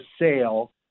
sale